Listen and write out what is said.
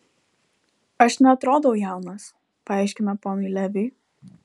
aš neatrodau jaunas paaiškina ponui leviui